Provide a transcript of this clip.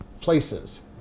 places